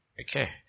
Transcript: Okay